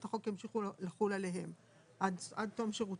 החוק ימשיכו לחול עליהם עד תום שירותם.